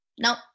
no